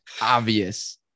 obvious